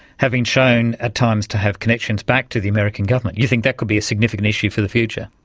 having shown at times to have connections back to the american government, you think that could be a significant issue for the future?